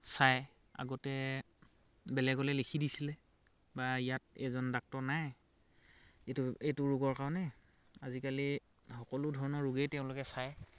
চায় আগতে বেলেগলৈ লিখি দিছিলে বা ইয়াত এইজন ডাক্তৰ নাই এইটো এইটো ৰোগৰ কাৰণে আজিকালি সকলো ধৰণৰ ৰোগেই তেওঁলোকে চায়